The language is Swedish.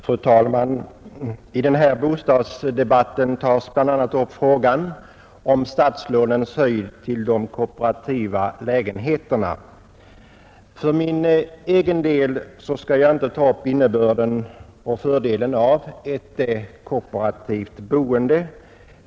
Fru talman! I denna bostadsdebatt tas bl.a. upp frågan om statslånens höjd till de kooperativa lägenheterna. För min del skall jag inte ta upp innebörden och fördelen av ett kooperativt boende.